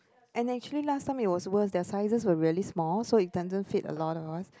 and actually last time it was worse their sizes were really small so it doesn't fit a lot of us